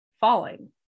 falling